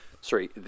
sorry